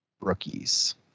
rookies